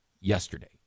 yesterday